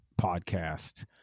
podcast